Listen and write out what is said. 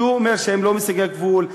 שאומר שהם לא מסיגי גבול,